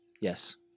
Yes